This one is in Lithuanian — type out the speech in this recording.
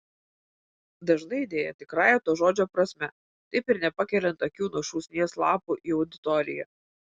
dažnai deja tikrąja to žodžio prasme taip ir nepakeliant akių nuo šūsnies lapų į auditoriją